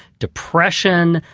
depression,